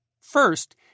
First